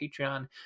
Patreon